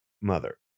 mother